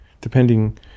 depending